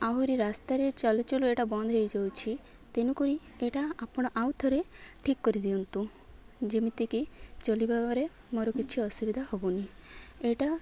ଆହୁରି ରାସ୍ତାରେ ଚାଲୁ ଚାଲୁ ଏଇଟା ବନ୍ଦ ହେଇଯାଉଛି ତେଣୁ କରି ଏଇଟା ଆପଣ ଆଉ ଥରେ ଠିକ୍ କରିଦିଅନ୍ତୁ ଯେମିତିକି ଚାଲିବାରେ ମୋର କିଛି ଅସୁବିଧା ହେବନି ଏଇଟା